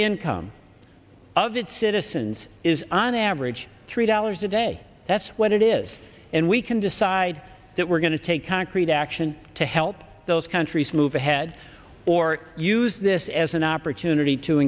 income of its citizens is on average three dollars a day that's what it is and we can decide that we're going to take concrete action to help those countries move ahead or use this as an opportunity to